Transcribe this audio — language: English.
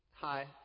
Hi